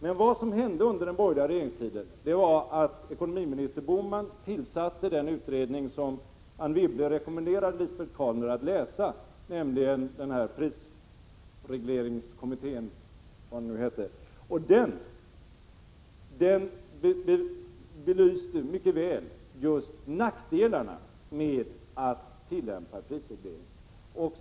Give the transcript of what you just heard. Men vad som hände under den borgerliga regeringstiden var att ekonomiminister Bohman tillsatte den utredning som Anne Wibble rekommenderade Lisbet Calner att läsa, nämligen prisregleringskommittén. I dess betänkande belystes mycket väl nackdelarna med att tillämpa prisreglering.